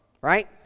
right